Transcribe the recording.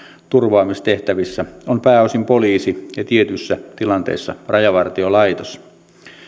turvaamistehtävissä on pääosin poliisi ja tietyissä tilanteissa rajavartiolaitos